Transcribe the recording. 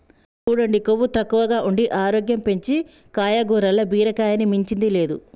సూడండి కొవ్వు తక్కువగా ఉండి ఆరోగ్యం పెంచీ కాయగూరల్ల బీరకాయని మించింది లేదు